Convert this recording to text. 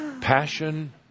Passion